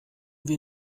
wir